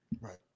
Right